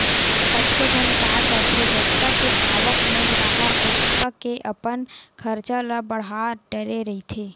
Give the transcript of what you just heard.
कतको झन काय करथे जतका के आवक नइ राहय ओतका के अपन खरचा ल बड़हा डरे रहिथे